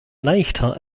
leichter